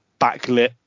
backlit